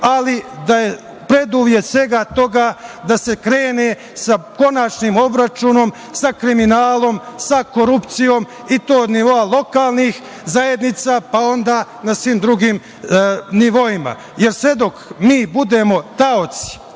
ali da je preduvjet svega toga da se krene sa konačnim obračunom sa kriminalom, sa korupcijom i to od nivoa lokalnih zajednica, pa onda na svim nivoima, jer sve dok mi budemo taoci